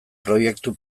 proiektu